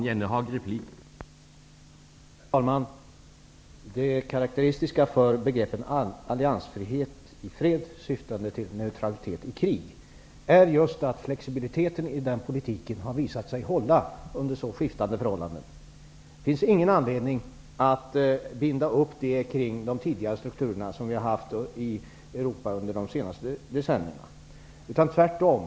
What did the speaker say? Herr talman! Det karakteristiska för begreppet alliansfrihet i fred syftande till neutralitet i krig är just att flexibiliteten i den politiken har visat sig hålla under så skiftande förhållanden. Det finns väl ingen anledning att binda upp detta kring de tidigare strukturerna som vi i Europa har haft under de senaste decennierna, utan tvärtom.